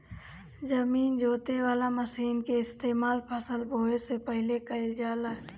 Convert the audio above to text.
जमीन जोते वाला मशीन के इस्तेमाल फसल बोवे से पहिले कइल जाला